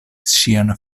ŝian